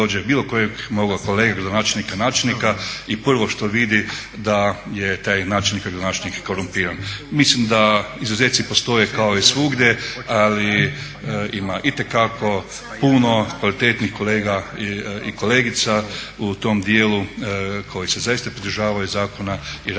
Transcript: bilo kojeg mog kolegu načelnika, gradonačelnika i prvo što vidi da je taj načelnik i gradonačelnik korumpiran. Mislim da izuzeci postoje kao i svugdje, ali ima itekako puno kvalitetnih kolega i kolegica u tom dijelu koji se zaista pridržavaju zakona i rade